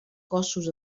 cossos